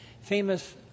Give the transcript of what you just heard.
famous